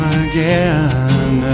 again